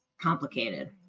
complicated